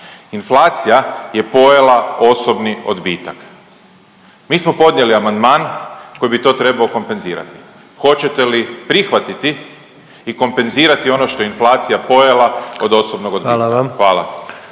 Inflacija je pojela osobni odbitak. Mi smo podnijeli amandman koji bi to trebao kompenzirati. Hoćete li prihvatiti i kompenzirati ono što je inflacija pojela od osobnog odbitka. Hvala